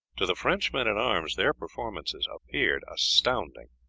to the french men-at-arms their performances appeared astounding.